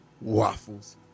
waffles